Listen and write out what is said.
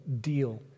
deal